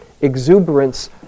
exuberance